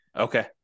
Okay